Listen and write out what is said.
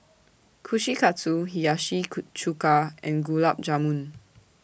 Kushikatsu Hiyashi Chuka and Gulab Jamun